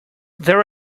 their